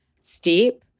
steep